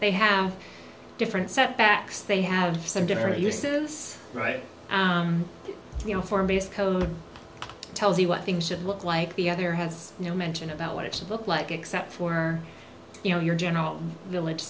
they have different setbacks they have some different uses right you know for me it's code tells you what things should look like the other has no mention about what it should look like except for you know your general village